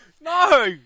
No